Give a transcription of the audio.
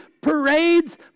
parades